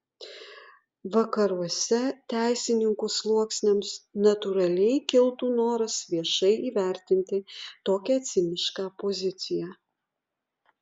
vakaruose teisininkų sluoksniams natūraliai kiltų noras viešai įvertinti tokią cinišką poziciją